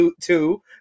two